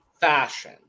fashion